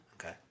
Okay